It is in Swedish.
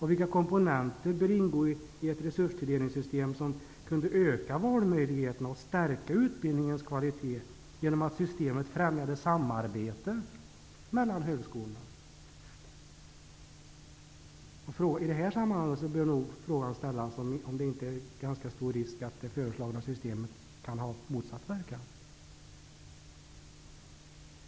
Vilka komponenter bör ingå i ett resurstilldelningssystem som kan öka valmöjligheterna och stärka utbildningens kvalitet genom att systemet främjade samarbete mellan högskolorna? I det här sammanhanget bör man nog ställa sig frågan om huruvida det förslagna systemet riskerar att ha motsatt verkan.